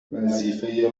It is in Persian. وظیفه